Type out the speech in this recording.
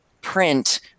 print